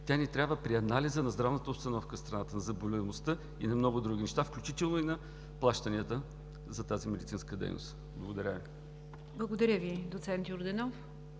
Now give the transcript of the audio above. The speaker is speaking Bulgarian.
тя ни трябва при анализа на здравната обстановка в страната, за заболеваемостта и на много други неща, включително и на плащанията за тази медицинска дейност. Благодаря. ПРЕДСЕДАТЕЛ НИГЯР ДЖАФЕР: